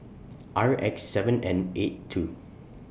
R X seven N eight two